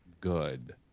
good